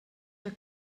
your